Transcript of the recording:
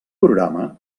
programa